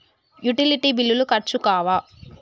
Utility బిల్లులు ఖర్చు కావా?